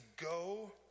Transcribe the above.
go